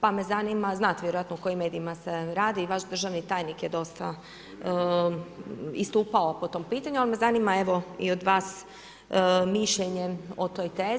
pa me zanima, znate vjerojatno o kojim medijima se radi i vaš državni tajnik je dosta istupao po tom pitanju, ali me zanima evo i od vas mišljenje o toj tezi.